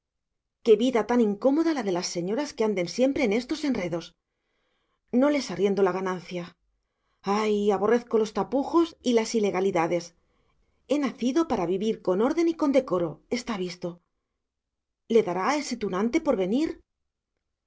qué vida tan incómoda la de las señoras que anden siempre en estos enredos no les arriendo la ganancia ay aborrezco los tapujos y las ilegalidades he nacido para vivir con orden y con decoro está visto le dará a ese tunante por venir